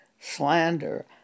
slander